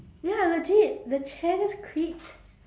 ya legit the chair just creaked